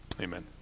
Amen